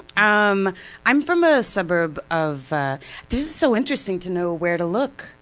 um i'm from a suburb of ah this is so interesting to know where to look,